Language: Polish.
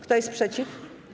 Kto jest przeciw?